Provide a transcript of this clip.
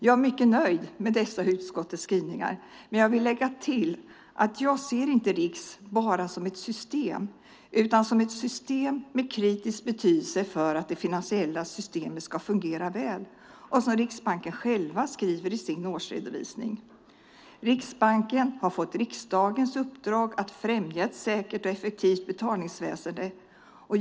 Jag är mycket nöjd med dessa utskottets skrivningar, men jag vill lägga till att jag inte ser RIX bara som ett system utan som ett system med kritisk betydelse för att det finansiella systemet ska fungera väl, som Riksbanken själv skriver i sin årsredovisning. Riksbanken har fått riksdagens uppdrag att främja ett säkert och effektivt betalningsväsen.